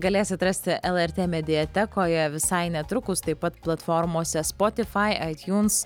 galėsit rasti lrt mediatekoje visai netrukus taip pat platformose spotifai aitjuns